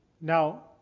Now